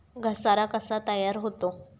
घसारा कसा तयार होतो?